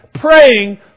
praying